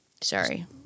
Sorry